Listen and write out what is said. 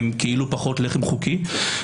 הם כאילו פחות לחם חוקי,